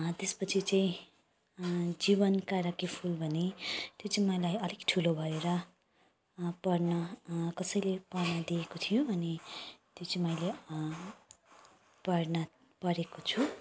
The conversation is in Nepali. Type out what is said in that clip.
त्यसपछि चाहिँ जीवन काँडा कि फुल भन्ने त्यो चाहिँ मलाई अलिक ठुलो भएर पढ्न कसैले पढ्न दिएको थियो अनि त्यो चाहिँ मैले पढ्न पढेको छु